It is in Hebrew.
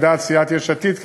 על דעת סיעת יש עתיד,